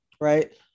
right